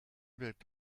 wird